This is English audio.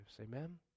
amen